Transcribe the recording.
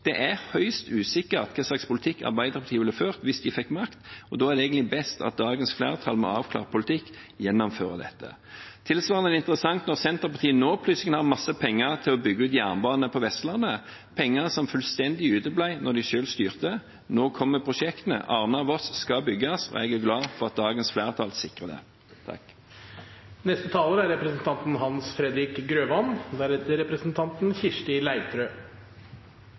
Det er høyst usikkert hva slags politikk Arbeiderpartiet ville ført hvis de fikk makt. Da er det egentlig best at dagens flertall med avklart politikk gjennomfører dette. Tilsvarende er det interessant at Senterpartiet nå plutselig har mye penger til å bygge ut jernbane på Vestlandet – penger som fullstendig uteble da de selv styrte. Nå kommer prosjektene. Arna–Voss skal bygges, og jeg er glad for at dagens flertall sikrer det. Jeg skal være kort. Jeg viser til representanten,